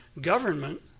government